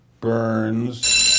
Burns